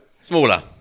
Smaller